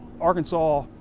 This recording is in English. Arkansas